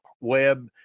web